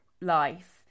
life